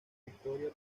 victoria